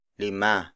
lima